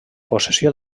possessió